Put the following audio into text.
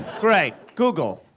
great. google.